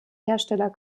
hersteller